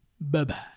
bye-bye